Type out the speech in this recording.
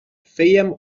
fèiem